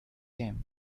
him